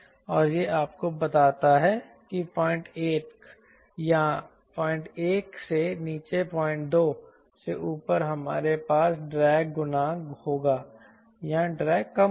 और यह आपको बताता है कि 01 या 01 से नीचे 02 से ऊपर हमारे पास ड्रैग गुणांक होगा या ड्रैग कम होगा